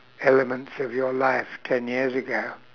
elements of your life ten years ago